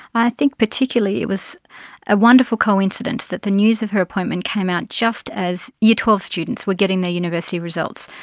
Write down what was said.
i think particularly it was a wonderful coincidence that the news of her appointment came out just as year twelve students were getting their university results.